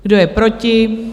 Kdo je proti?